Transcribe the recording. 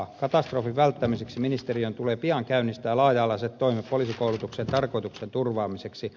katastrofin välttämiseksi ministeriön tulee pian käynnistää laaja alaiset toimet poliisikoulutuksen tarkoituksen turvaamiseksi